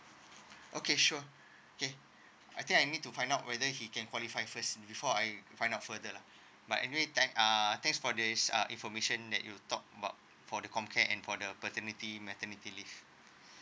okay sure okay I think I need to find out whether he can qualify first before I find out further lah but anyway thank uh thanks for this uh information that you talk about for the comcare and for the paternity maternity leave